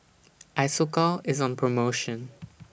Isocal IS on promotion